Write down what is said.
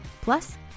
Plus